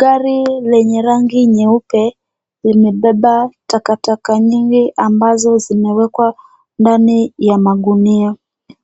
Gari lenye rangi nyeupe limebeba takataka nyingi ambazo zimewekwa ndani ya magunia.